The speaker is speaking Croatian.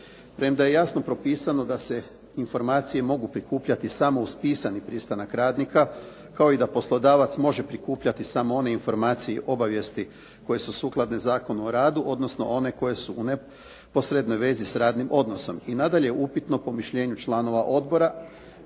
Premda je jasno propisano da se informacije mogu prikupljati samo uz pisani pristanak radnika kao i da poslodavac može prikupljati samo one informacije i obavijesti koje su sukladne Zakonu o radu odnosno one koje su u neposrednoj vezi s radnim odnosom. I nadalje je upitno po mišljenju članova odbora